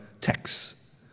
texts